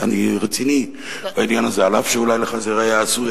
אני רציני בעניין הזה, אף שאולי לך זה ייראה הזוי.